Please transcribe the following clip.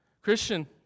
Christian